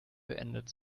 beendet